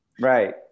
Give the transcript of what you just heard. Right